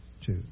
two